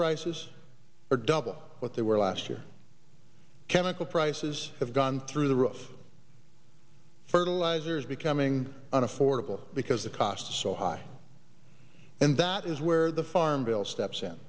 prices are double what they were last year chemical prices have gone through the roof fertilizers becoming unaffordable because the cost so high and that is where the farm bill steps in